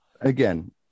Again